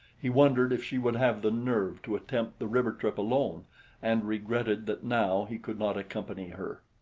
he wondered if she would have the nerve to attempt the river trip alone and regretted that now he could not accompany her.